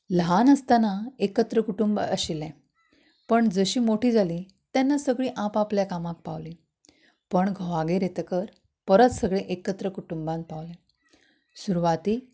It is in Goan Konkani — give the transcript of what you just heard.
ल्हान आसतना एकत्र कुटूंब आशिल्ले पण जशी मोठी जाली तेन्ना सगळीं आपापल्या कामाक पावली पण घोवागेर येतकर परत सगळीं एकत्र कुटुंबांत पावली सुरूवातीक